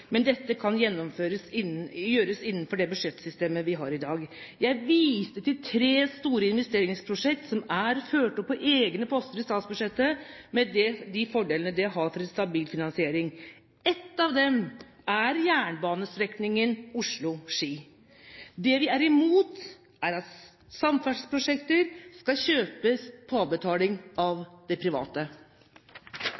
Men dette kan gjøres innenfor det budsjettsystemet vi har i dag. Jeg viste til tre store investeringsprosjekt som er ført opp på egne poster i statsbudsjettet, med de fordelene det har for en stabil finansiering. Et av dem er jernbanestrekningen Oslo–Ski. Det vi er imot, er at samferdselsprosjekter skal kjøpes på avbetaling av